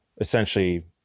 essentially